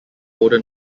older